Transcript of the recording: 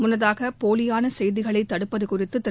முன்னதாக போலியான செய்திகளை தடுப்பது குறித்து திரு